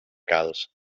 calç